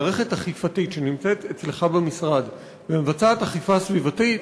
מערכת אכיפתית שנמצאת אצלך במשרד ומבצעת אכיפה סביבתית,